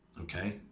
Okay